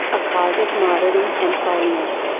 a cause of martyrdom and sullenness.